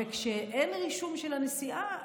וכשאין רישום של הנסיעה,